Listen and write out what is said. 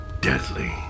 deadly